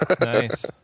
Nice